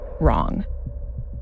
wrong